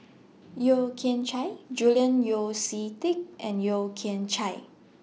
Yeo Kian Chye Julian Yeo See Teck and Yeo Kian Chai